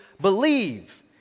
believe